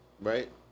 Right